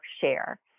share